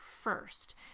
first